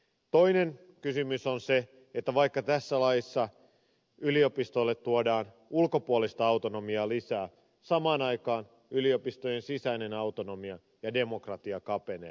toinen kysymys on se että vaikka tässä laissa yliopistolle tuodaan ulkopuolista autonomiaa lisää samaan aikaan yliopistojen sisäinen autonomia ja demokratia kapenee